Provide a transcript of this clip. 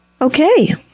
Okay